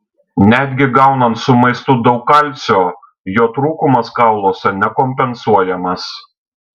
netgi gaunant su maistu daug kalcio jo trūkumas kauluose nekompensuojamas